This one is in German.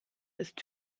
ist